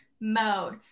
mode